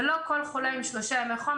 ולא כל חולה משלושה ימי חום,